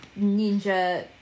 ninja